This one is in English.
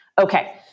Okay